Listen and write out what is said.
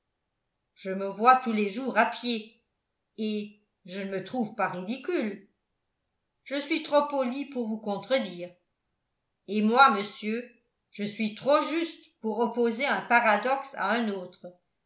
je me vois tous les jours à pied et je ne me trouve pas ridicule je suis trop poli pour vous contredire et moi monsieur je suis trop juste pour opposer un paradoxe à un autre